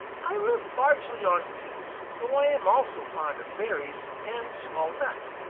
i live largely on seeds, though i am also fond of berries and small nuts,